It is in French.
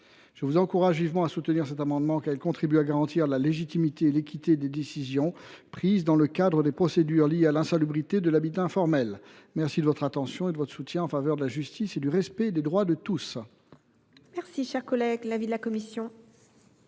Je vous encourage vivement à soutenir cet amendement, mes chers collègues, car il contribue à garantir la légitimité et l’équité des décisions prises dans le cadre des procédures liées à l’insalubrité de l’habitat informel. Je vous remercie, de votre soutien en faveur de la justice et du respect des droits de tous ! Quel est l’avis de la commission